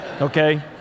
okay